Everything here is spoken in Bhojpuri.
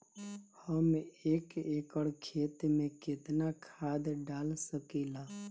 हम एक एकड़ खेत में केतना खाद डाल सकिला?